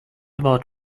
about